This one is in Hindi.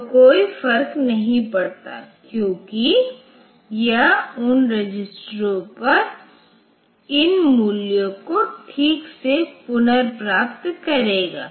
तो कोई फर्क नहीं पड़ता क्योंकि यह उन रजिस्टरों पर इन मूल्यों को ठीक से पुनर्प्राप्त करेगा